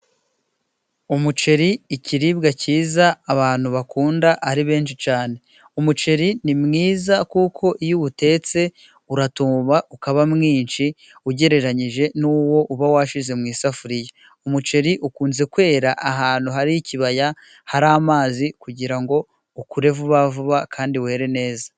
Umuceri ikiribwa kiza abantu bakunda ari benshi cyane. Umuceri ni mwiza kuko iyo uwutetse uratumba ukaba mwinshi ugereranyije n'uwo uba washyize mu isafuriya umuceri ukunze kwera ahantu hari ikibaya hari amazi kugira ngo ukure vuba vuba kandi were neza.